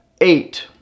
eight